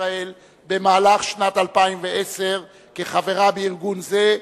ישראל במהלך שנת 2010 לחברה בארגון זה,